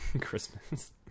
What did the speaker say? Christmas